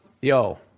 Yo